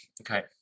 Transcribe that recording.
okay